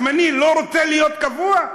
הזמני לא רוצה להיות קבוע?